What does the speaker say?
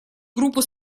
группу